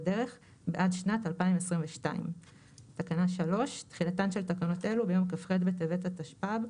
דרך) בעד שנת 2022. תחילתן של תקנות אלו ביום כ"ח בטבת התשפ"ב,